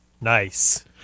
Nice